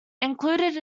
included